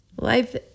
Life